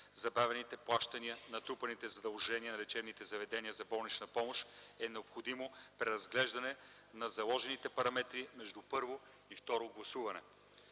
забавените плащания, натрупаните задължения на лечебните заведения за болнична помощ е необходимо преразглеждане на заложените параметри между първо и второ гласуване.